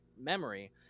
memory